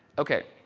okay.